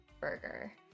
burger